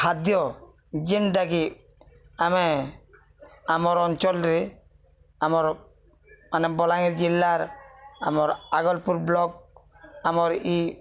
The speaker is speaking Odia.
ଖାଦ୍ୟ ଯେନ୍ଟାକି ଆମେ ଆମର୍ ଅଞ୍ଚଲରେ ଆମର ମାନେ ବଲାଙ୍ଗୀର ଜିଲ୍ଲାର୍ ଆମର୍ ଆଗଲପୁର ବ୍ଲକ ଆମର୍ ଇ